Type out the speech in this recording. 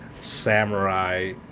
samurai